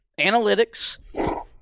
analytics